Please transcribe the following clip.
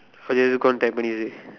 or you have to gone Tampines already